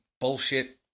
bullshit